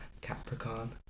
Capricorn